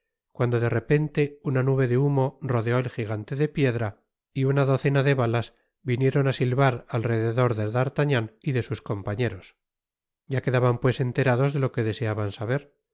cuando de repente una nube de humo rodeó el gigante de piedra y una docena de balas vinieron á silvar al rededor de d'artagnan y de sus compañeros ya quedaban pues enterados de lo que deseaban saber